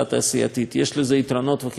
יש לזה יתרונות וחסרונות משל עצמו,